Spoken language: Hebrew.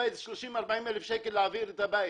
בית זה 40,000-30,000 להעביר את הבית,